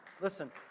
Listen